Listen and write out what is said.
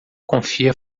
confia